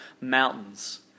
mountains